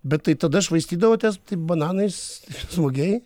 bet tai tada švaistydavotės taip bananais smogei